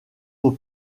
aux